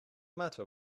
matter